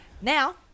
Now